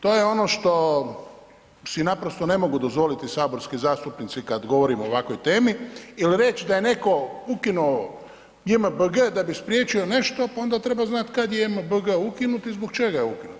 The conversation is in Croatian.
To je ono što si naprosto ne mogu dozvoliti saborski zastupnici kad govorimo o ovakvoj temi il reć da je netko ukinuo JMBG da bi spriječio nešto, pa onda treba znati kad je JMBG ukinut i zbog čega je ukinut.